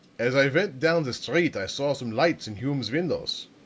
as i went down the street i saw some lights in hume's windows.